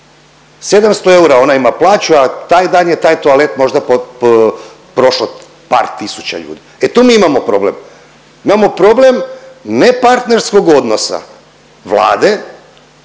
700 eura ona ima plaću, a taj dan je taj toalet je možda prošlo par tisuća ljudi. E tu mi imamo problem. Imamo problem nepartnerskog odnosa Vlade